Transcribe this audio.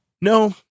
No